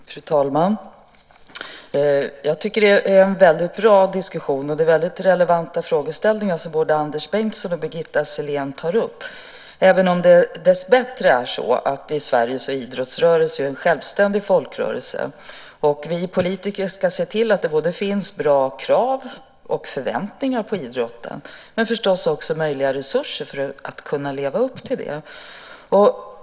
Fru talman! Jag tycker att detta är en bra diskussion, och det är relevanta frågeställningar som både Anders Bengtsson och Birgitta Sellén tar upp. Även om idrottsrörelsen i Sverige dessbättre är en självständig folkrörelse ska vi politiker se till att det både finns bra krav och förväntningar på idrotten. Vi ska förstås också se till att det finns möjliga resurser för att kunna leva upp till detta.